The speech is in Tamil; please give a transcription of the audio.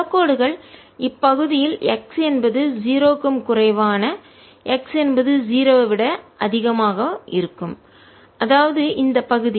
புலக்கோடுகள் இப்பகுதியில் x என்பது 0 க்கும் குறைவான x என்பது 0 ஐ விட அதிகமாக இருக்கும் அதாவது இந்த பகுதி